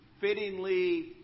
fittingly